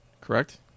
correct